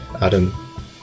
Adam